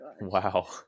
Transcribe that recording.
Wow